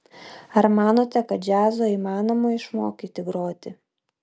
ar manote kad džiazo įmanoma išmokyti groti